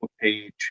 page